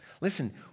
Listen